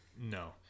No